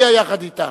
הוא הצביע יחד אתך.